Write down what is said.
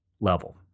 level